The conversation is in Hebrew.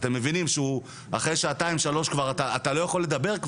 אתם מבינים שהוא אחרי שעתיים שלוש אתה כבר לא יכול לדבר.